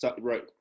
right